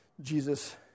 Jesus